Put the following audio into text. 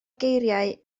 geiriau